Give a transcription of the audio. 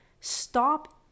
stop